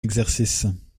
exercice